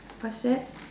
what's that